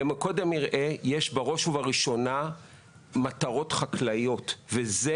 למוקד המרעה יש בראש ובראשונה מטרות חקלאיות ואני